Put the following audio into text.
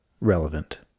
relevant